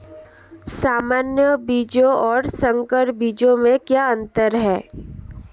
सामान्य बीजों और संकर बीजों में क्या अंतर है?